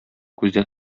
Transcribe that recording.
күздә